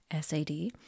SAD